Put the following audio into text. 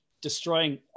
destroying